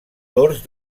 dors